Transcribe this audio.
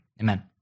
amen